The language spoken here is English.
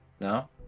No